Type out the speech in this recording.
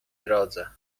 drodze